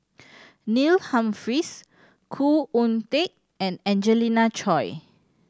Neil Humphreys Khoo Oon Teik and Angelina Choy